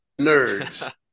Nerds